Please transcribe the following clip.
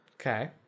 okay